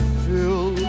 fill